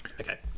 Okay